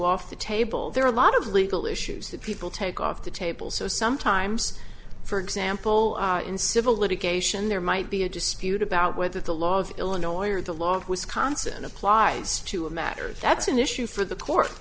off the table there are a lot of legal issues that people take off the table so sometimes for example in civil litigation there might be a dispute about whether the law of illinois or the law of wisconsin applies to a matter that's an issue for the cour